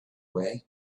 away